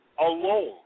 alone